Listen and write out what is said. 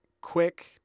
quick